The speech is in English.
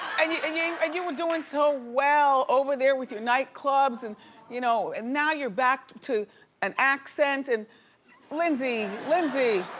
i mean and you were doing so well over there with your nightclubs and you know and now you're back to an accent. and lindsey, lindsey.